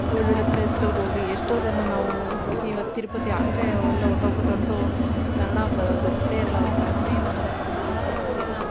ಒಳ್ಳೊಳ್ಳೆ ಪ್ಲೇಸ್ಗಳಿಗೋಗ್ಲಿ ಎಷ್ಟೋ ಜನ ನಾವು ಇವಾಗ ತಿರುಪತಿ ಆ ಕಡೆ ಎಲ್ಲ ಹೊರಟೋಗ್ಬಿಟ್ರಂತೂ ಕನ್ನಡ ಬ ಗೊತ್ತೇ ಇರಲ್ಲ ಅವ್ರ್ಗೆ ಕನ್ನಡನೆ ಮಾತಾಡೋಕೆ ಬರಲ್ಲ ಅವಾಗ ನಮಗೆಲ್ಲ